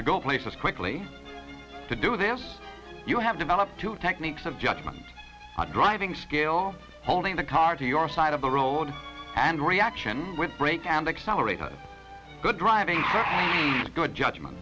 to go places quickly to do this you have developed two techniques of judgment are driving skill holding the car to your side of the road and reaction with brake and accelerator good driving thanks good judgment